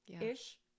ish